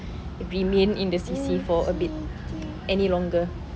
remain in the C_C for a bit any longer